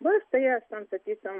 va štai aš ten sakysim